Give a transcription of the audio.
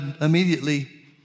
immediately